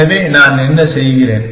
எனவே நான் என்ன செய்கிறேன்